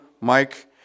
Mike